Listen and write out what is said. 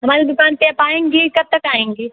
हमारी दुकान पर आप आएँगी कब तक आएँगी